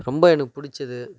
ரொம்ப எனக்கு பிடிச்சது